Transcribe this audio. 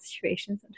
situations